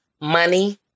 money